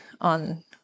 on